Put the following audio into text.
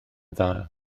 dda